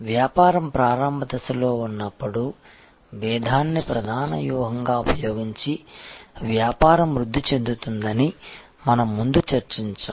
వ్యాపారం ప్రారంభ దశలో ఉన్నప్పుడు భేదాన్ని ప్రధాన వ్యూహంగా ఉపయోగించి వ్యాపారం వృద్ధి చెందుతుందని మనం ముందు చర్చించాము